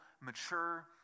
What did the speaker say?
mature